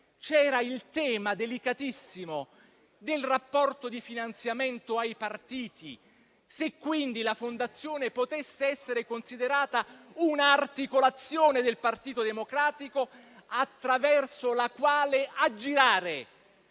c'era il tema, delicatissimo, del finanziamento ai partiti e se quindi la Fondazione potesse essere considerata un'articolazione del Partito Democratico attraverso la quale aggirare